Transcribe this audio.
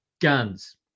Guns